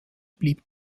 blieb